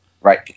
Right